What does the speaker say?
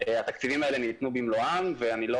התקציבים האלה ניתנו במלואם ואני לא